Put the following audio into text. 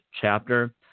chapter